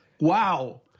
Wow